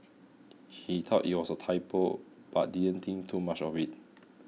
he thought it was a typo but didn't think too much of it